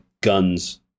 guns